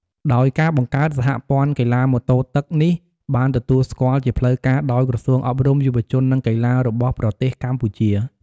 ដោយការបង្កើត សហព័ន្ធកីឡាម៉ូតូទឹកនេះបានទទួលស្គាល់ជាផ្លូវការដោយក្រសួងអប់រំយុវជន និងកីឡារបស់ប្រទេសកម្ពុជា។